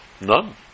None